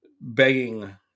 begging